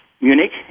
Munich